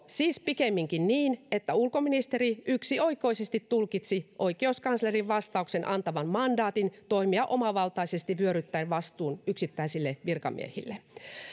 siis pikemminkin niin että ulkoministeri yksioikoisesti tulkitsi oikeuskanslerin vastauksen antavan mandaatin toimia omavaltaisesti vyöryttäen vastuun yksittäisille virkamiehille